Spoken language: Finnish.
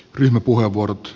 ryhmäpuheenvuorot